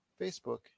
Facebook